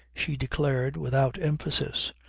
she declared without emphasis.